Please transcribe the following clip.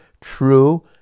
true